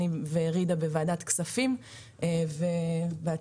וג'ידא בוועדת כספים ובהצלחה.